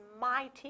mighty